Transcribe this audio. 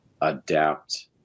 adapt